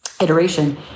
iteration